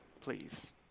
please